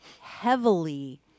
heavily